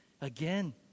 again